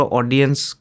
audience